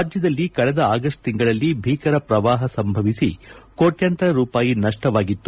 ರಾಜ್ಗದಲ್ಲಿ ಕಳೆದ ಆಗಸ್ಟ್ ತಿಂಗಳಲ್ಲಿ ಭೀಕರ ಪ್ರವಾಪ ಸಂಭವಿಸಿ ಕೋಟ್ಕಾಂತರ ರೂಪಾಯಿ ನಷ್ಟವಾಗಿತ್ತು